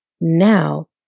Now